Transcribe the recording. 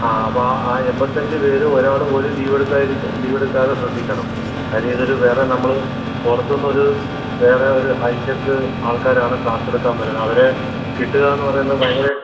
ആ അപ്പം ആ ആ എൺപത്തി അഞ്ചു പേരും ഒരാൾ പോലും ലീവ് എടുക്കാതിരിക്കാൻ ലീവെടുക്കാതെ ശ്രദ്ധിക്കണം കാര്യം ഇവർ വേറെ നമ്മൾ പുറത്തു നിന്ന് ഒരു വേറെ ഒരു ഹൈട്ടെക്ക് ആൾക്കാരാണ് ക്ലാസ്സെടുക്കാൻ വരുന്ന അവരേ കിട്ടുക എന്ന് പറയുന്നത് ഭയങ്കര